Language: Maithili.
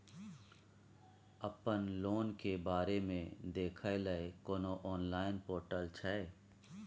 अपन लोन के बारे मे देखै लय कोनो ऑनलाइन र्पोटल छै?